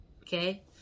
okay